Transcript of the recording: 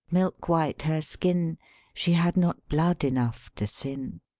milk white her skin she had not blood enough to sin.